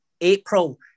April